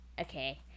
okay